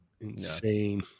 insane